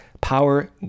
Power